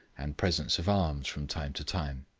and presents of arms from time to time.